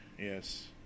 Yes